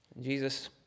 Jesus